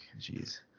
jeez